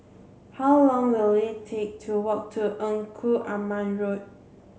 how long will it take to walk to Engku Aman Road